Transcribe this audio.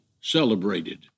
celebrated